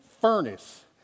furnace